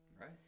Right